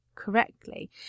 correctly